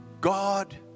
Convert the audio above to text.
God